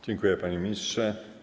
Dziękuję, panie ministrze.